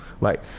Right